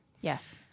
yes